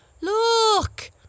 Look